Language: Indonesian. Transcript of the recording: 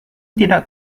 tidak